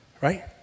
Right